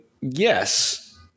yes